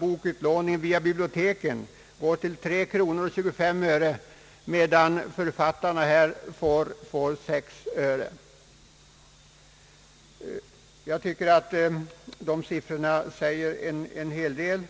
boklån via biblioteken uppgår till kronor 3:25, medan författarna får 6 öre. Jag tycker att de siffrorna säger en hel del.